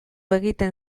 egiten